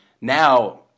now